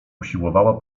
usiłowała